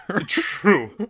true